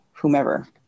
Whomever